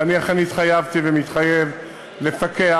ואני אכן התחייבתי ומתחייב לפקח,